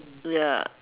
ya